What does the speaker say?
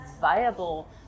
viable